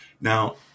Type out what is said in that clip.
Now